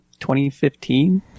2015